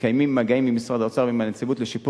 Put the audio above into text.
מתקיימים מגעים עם משרד האוצר ועם הנציבות לשיפור